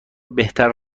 بهتر